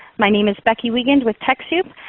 my name is becky wiegand with techsoup,